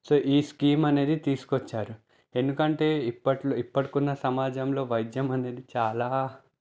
so ఈ scheme అనేది తీసుకు వచ్చారు ఎందుకంటే ఇప్పట్లో ఇప్పడు ఉన్న సమాజంలో వైద్యం అనేది చాలా